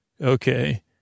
Okay